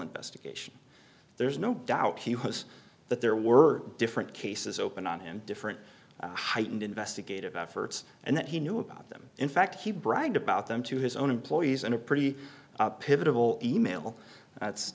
investigation there's no doubt he was that there were different cases open and different heightened investigative efforts and that he knew about them in fact he bragged about them to his own employees in a pretty pitiful e mail that's